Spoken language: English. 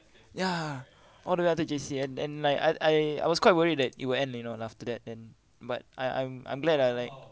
ya all the way until J_C and and like I I I was quite worried that it will end you know after that then but I I'm I'm glad lah like